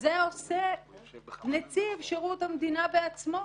את זה עושה נציב שירות המדינה בעצמו